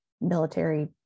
military